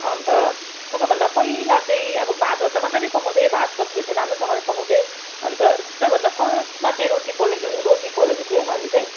अन्त सबैभन्दा पहिला चाहिँ अब भातहरू त मजाले पकाउँथेँ भातसब्जीहरू त राम्रोसँगले पकाउँथेँ अन्त सबैभन्दा फर्स्टमा चाहिँ रोटी पोलेको रोटी पोलेको थिएँ मैले चाहिँ